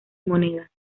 monedas